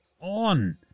on